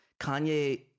Kanye